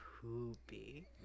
poopy